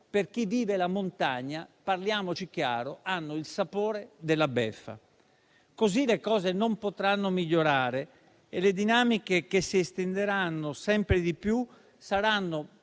per chi vive la montagna, parliamoci chiaro, hanno il sapore della beffa. Così le cose non potranno migliorare e le dinamiche che si estenderanno sempre di più saranno,